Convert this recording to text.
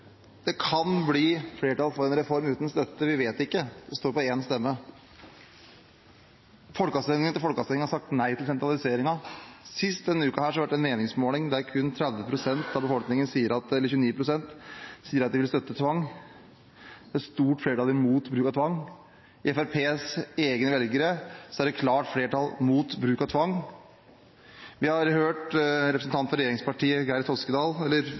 Det kan bli flertall for en reform uten støtte – vi vet ikke. Det står på én stemme. Folkeavstemning etter folkeavstemning har sagt nei til sentraliseringen. Sist denne uken har det vært en meningsmåling der kun 29 pst. av befolkningen sier at de vil støtte tvang. Det er stort flertall imot bruk av tvang. Blant Fremskrittspartiets egne velgere er det klart flertall mot bruk av tvang. Vi har hørt representanten fra støttepartiet Kristelig Folkeparti Geir Sigbjørn Toskedal